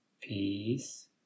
peace